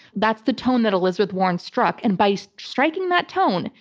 that's the tone that elizabeth warren struck. and by so striking that tone,